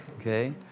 okay